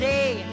day